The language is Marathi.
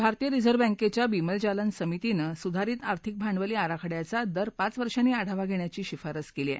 भारतीय रिझर्व्ह बँकेच्या बीमल जालान समितीनं सुधारित आर्थिक भांडवली आराखड्याचा दर पाच वर्षांनी आढावा घेण्याची शिफारस केली आहे